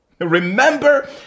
Remember